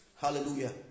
Hallelujah